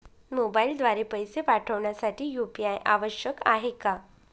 मोबाईलद्वारे पैसे पाठवण्यासाठी यू.पी.आय आवश्यक आहे का?